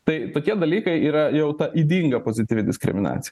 tai tokie dalykai yra jau ta ydinga pozityvi diskriminacija